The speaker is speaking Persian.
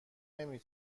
نمی